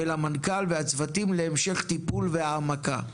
ולמנכ"ל והצוותים להמשך טיפול והעמקה.